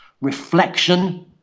reflection